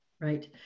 Right